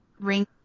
ring